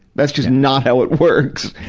that's just not how it works.